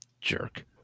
Jerk